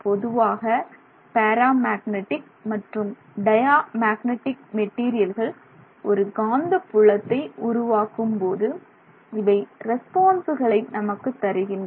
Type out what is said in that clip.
பொதுவாக paramagnetic மற்றும் diamagnetic மெட்டீரியல்கள் ஒரு காந்தப்புலத்தை உருவாக்கும்போது இவை ரெஸ்பான்சுகளை நமக்கு தருகின்றன